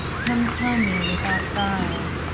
come tell me without guile.